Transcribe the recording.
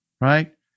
right